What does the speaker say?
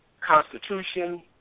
constitution